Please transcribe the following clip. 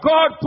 God